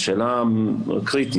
זו שאלה קריטית.